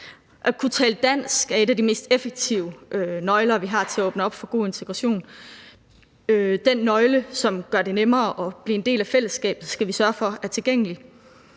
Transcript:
At kunne tale dansk er en af de mest effektive nøgler, vi har, til at åbne op for god integration. Den nøgle, som gør det nemmere at blive en del af fællesskabet, skal vi sørge for er tilgængelig.